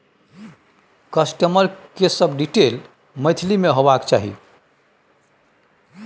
customer के सब detail Maithili में होबाक चाही